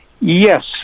Yes